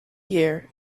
year